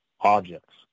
objects